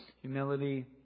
Humility